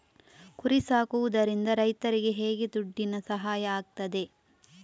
ಕುರಿ ಸಾಕುವುದರಿಂದ ರೈತರಿಗೆ ಹೇಗೆ ದುಡ್ಡಿನ ಸಹಾಯ ಆಗ್ತದೆ?